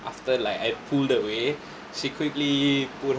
after like I'd pulled away secretly put